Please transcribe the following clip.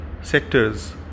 sectors